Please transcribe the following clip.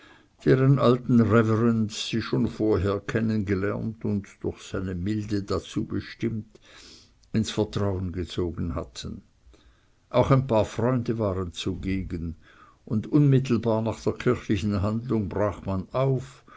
deren alten reverend sie schon vorher kennen gelernt und durch seine milde dazu bestimmt ins vertrauen gezogen hatten auch ein paar freunde waren zugegen und unmittelbar nach der kirchlichen handlung brach man auf